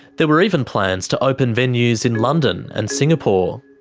there were even plans to open venues in london and singapore.